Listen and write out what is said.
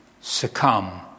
succumb